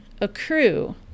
accrue